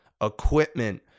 equipment